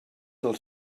del